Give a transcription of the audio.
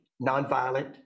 nonviolent